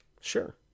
Sure